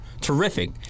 terrific